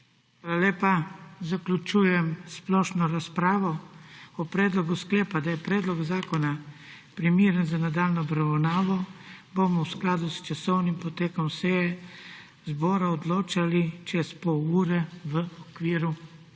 lepa. Zaključujem splošno razpravo. O predlogu sklepa, da je predlog zakona primeren za nadaljnjo obravnavo, bomo v skladu s časovnim potekom seje zbora odločali čez pol ure v okviru